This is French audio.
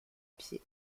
pied